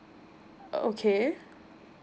oh okay